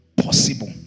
possible